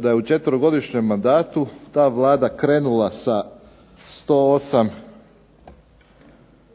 da je u četverogodišnjem mandatu ta Vlada krenula sa 108